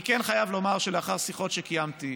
אני כן חייב לומר שלאחר שיחות שקיימתי